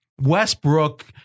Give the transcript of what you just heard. Westbrook